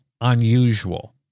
unusual